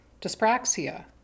dyspraxia